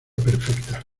perfecta